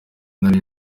nari